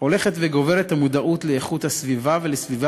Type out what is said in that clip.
הולכת וגוברת המודעות לאיכות הסביבה ולסביבה